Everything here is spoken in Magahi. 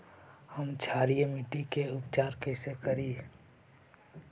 हम क्षारीय मिट्टी के उपचार कैसे करी?